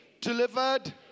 delivered